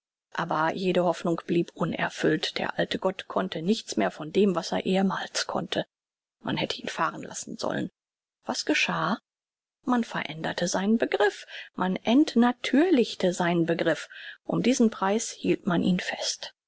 aber jede hoffnung blieb unerfüllt der alte gott konnte nichts mehr von dem was er ehemals konnte man hätte ihn fahren lassen sollen was geschah man veränderte seinen begriff man entnatürlichte seinen begriff um diesen preis hielt man ihn fest